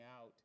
out